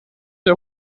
der